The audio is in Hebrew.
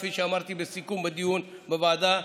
כפי שאמרתי בסיכום הדיון בוועדה,